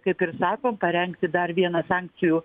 kaip ir sakom parengti dar vieną sankcijų